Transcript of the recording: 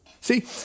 See